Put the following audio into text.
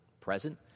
present